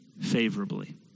favorably